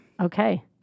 Okay